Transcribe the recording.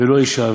"ולא ישאל.